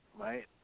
Right